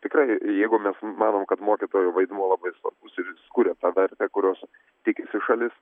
tikrai jeigu mes manom kad mokytojo vaidmuo labai svarbus ir jis kuria tą vertę kurios tikisi šalis